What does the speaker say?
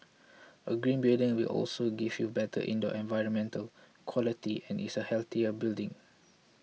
a green building will also give you better indoor environmental quality and is a healthier building